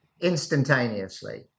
instantaneously